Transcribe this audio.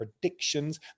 predictions